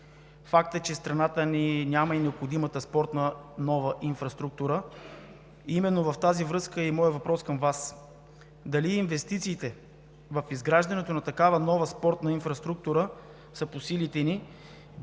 Факт е, че страната ни няма и необходимата спортна нова инфраструктура. Именно в тази връзка е и моят въпрос към Вас: дали инвестициите в изграждането на такава нова спортна инфраструктура са по силите ни?